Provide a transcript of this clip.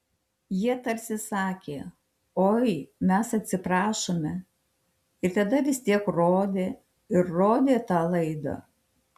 jie tarsi sakė oi mes atsiprašome ir tada vis tiek rodė ir rodė tą laidą